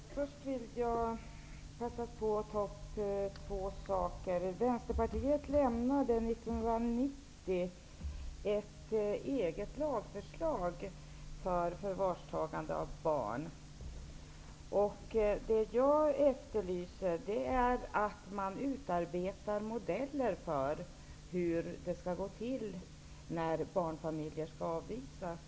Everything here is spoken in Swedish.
Herr talman! Först vill jag passa på att ta upp två frågor. Vänsterpartiet lade 1990 fram ett eget lagförslag gällande förvarstagande av barn. Det som jag efterlyser är att man utarbetar modeller för hur det skall gå till när barnfamiljer skall avvisas.